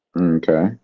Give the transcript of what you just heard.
Okay